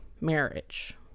marriage